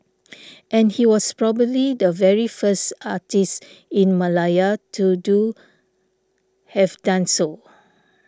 and he was probably the very first artist in Malaya to do have done so